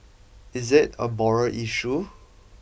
is it a moral issue